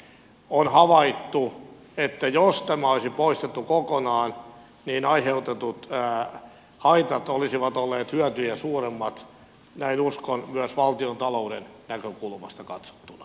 on havaittu että jos tämä olisi poistettu kokonaan niin aiheutetut haitat olisivat olleet hyötyjä suuremmat näin uskon myös valtiontalouden näkökulmasta katsottuna